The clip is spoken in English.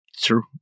True